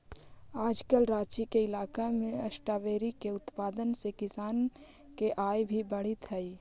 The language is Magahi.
आजकल राँची के इलाका में स्ट्राबेरी के उत्पादन से किसान के आय भी बढ़ित हइ